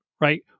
right